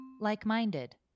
like-minded